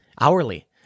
hourly